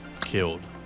killed